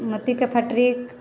मोतीके factory